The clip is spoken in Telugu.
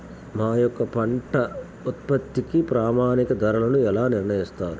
మా యొక్క పంట ఉత్పత్తికి ప్రామాణిక ధరలను ఎలా నిర్ణయిస్తారు?